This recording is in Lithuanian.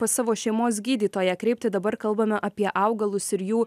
pas savo šeimos gydytoją kreipti dabar kalbame apie augalus ir jų